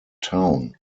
town